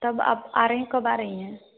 तब आप आ रहें हैं कब आ रहीं हैं